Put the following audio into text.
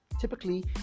typically